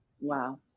Wow